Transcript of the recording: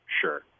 Sure